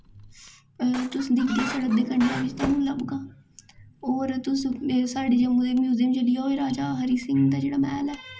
तुस दिक्खगे सड़कै दे कंढै तुआनूं लब्भगा होर तुस साढ़ी जम्मू दे म्यूजिम चली जाओ राजा हरि सिंह जी दा जेह्ड़ा मैह्ल ऐ